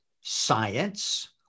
science